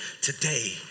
today